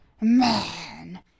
Man